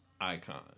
icon